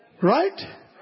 Right